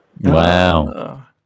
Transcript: Wow